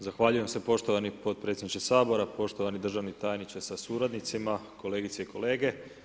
Zahvaljujem se poštovani potpredsjedniče Sabora, poštovani državni tajniče sa suradnicima, kolegice i kolege.